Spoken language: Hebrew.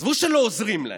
עזבו שלא עוזרים להם,